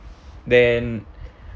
then